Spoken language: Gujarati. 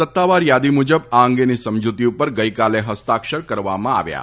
સત્તાવાર યાદી મુજબ આ અંગેની સમજૂતી ઉપર ગઇકાલે હસ્તાક્ષર કરવામાં આવ્યા હતા